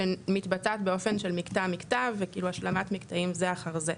שמתבצעת באופן של מקטע מקטע וכאילו השלמת מקטעים זה אחר זה.